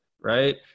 right